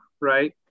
right